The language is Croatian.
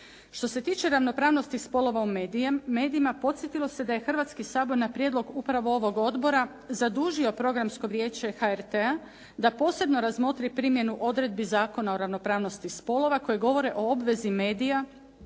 Što se tiče ravnopravnosti spolova u medijima podsjetilo se da je Hrvatski sabor na prijedlog upravo ovog odbora zadužio programsko vijeće HRT-a da posebno razmotri primjenu odredbi Zakona o ravnopravnosti spolova koje govore o obvezi medija